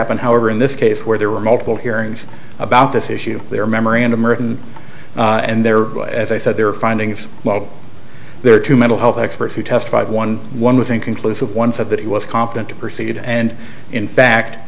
happen however in this case where there were multiple hearings about this issue there memorandum written and there as i said their findings while there are two mental health experts who testified one one was inconclusive one said that he was competent to proceed and in fact